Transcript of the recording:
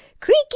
creaky